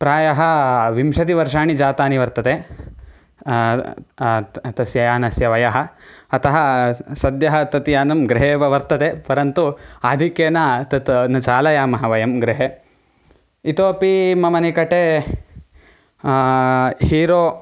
प्रायः विंशतिवर्षाणि जातानि वर्तते तस्य यानस्य वयम् अतः सद्यः तत् यानं गृहेव वर्तते परन्तु आधिक्येन तत् न चालयामः वयं गृहे इतोपि मम निकटे हीरो